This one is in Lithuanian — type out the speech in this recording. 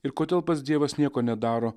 ir kodėl pats dievas nieko nedaro